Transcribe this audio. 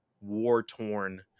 war-torn